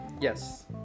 Yes